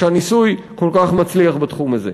כשהניסוי כל כך מצליח בתחום הזה?